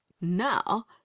now